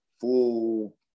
full